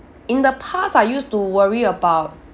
in the past I used to worry about